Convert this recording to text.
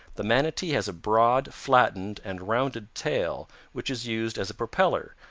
the manatee has a broad, flattened and rounded tail which is used as a propeller,